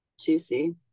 Juicy